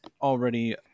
already